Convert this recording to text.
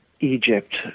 Egypt